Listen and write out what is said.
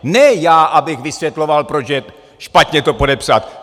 Ne já abych vysvětloval, proč je špatně to podepsat.